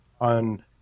on